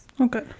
okay